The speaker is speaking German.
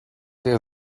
der